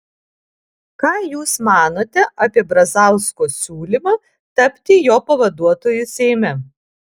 ką jūs manote apie brazausko siūlymą tapti jo pavaduotoju seime